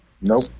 nope